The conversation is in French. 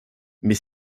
mais